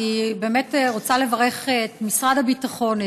אני רוצה לברך את משרד הביטחון,